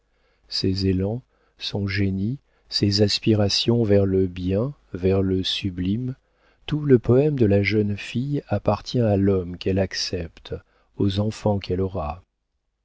ses élans son génie ses aspirations vers le bien vers le sublime tout le poëme de la jeune fille appartient à l'homme qu'elle accepte aux enfants qu'elle aura